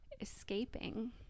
escaping